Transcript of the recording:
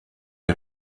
les